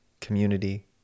community